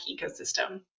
ecosystem